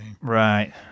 Right